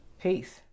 peace